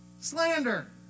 Slander